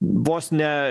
vos ne